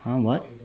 !huh! what